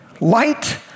light